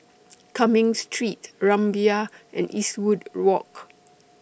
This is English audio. Cumming Street Rumbia and Eastwood Walk